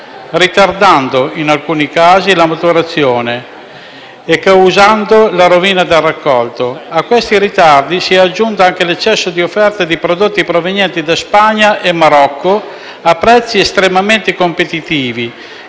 ritardando in alcuni casi la maturazione dei prodotti e causando la rovina del raccolto. A questi ritardi si è aggiunto anche l'eccesso di offerta di prodotti provenienti da Spagna e Marocco a prezzi estremamente competitivi,